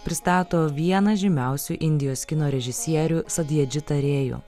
pristato vieną žymiausių indijos kino režisierių sadjadžitą rėjų